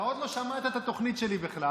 אתה עוד לא שמעת את התוכנית שלי בכלל.